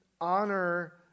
honor